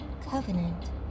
Covenant